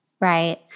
Right